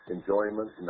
Enjoyment